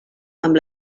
amb